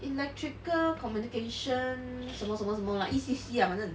electrical communication 什么什么什么 lah E_C_C lah 反正